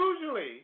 usually